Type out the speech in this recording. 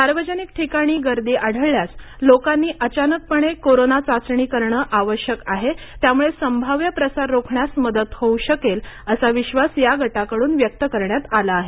सार्वजनिक ठिकाणी गर्दी आढळल्यास लोकांची अचानकपणे कोरोना चाचणी करणं आवश्यक असून त्यामुळे संभाव्य प्रसार रोखण्यास मदत होऊ शकेल असा विश्वास या गटाकडून व्यक्त करण्यात आला आहे